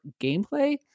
gameplay